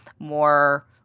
more